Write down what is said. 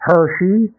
Hershey